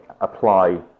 apply